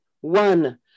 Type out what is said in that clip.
one